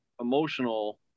emotional